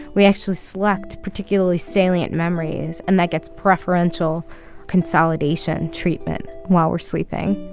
we actually select particularly salient memories. and that gets preferential consolidation treatment while we're sleeping